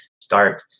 start